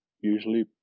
usually